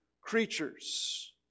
creatures